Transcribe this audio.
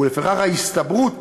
ולפיכך ההסתברות